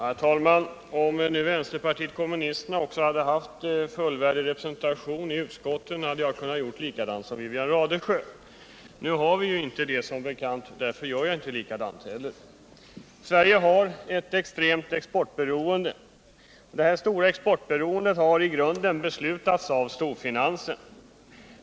Herr talman! Om nu vänsterpartiet kommunisterna också hade haft fullvärdig representation i utskotten, hade jag kunnat göra likadant som Wivi-Anne Radesjö. Som bekant har vi inte det, och därför gör jag inte likadant heller. Sverige har ett extremt stort exportberoende. Det stora exportberoendet har i grunden beslutats av storfinansen.